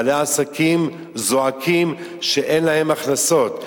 בעלי עסקים זועקים שאין להם הכנסות.